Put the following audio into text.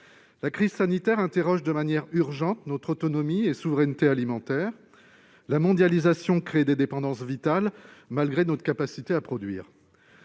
La crise sanitaire interroge de manière urgente notre autonomie et notre souveraineté alimentaires. La mondialisation crée des dépendances vitales malgré notre capacité à produire.